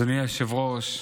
אדוני היושב-ראש,